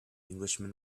englishman